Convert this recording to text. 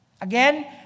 again